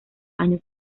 años